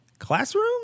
classroom